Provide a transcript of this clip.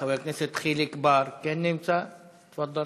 חבר הכנסת חיליק בר, כן נמצא, תפאדל.